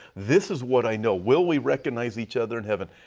this is what i know will we recognize each other in heaven?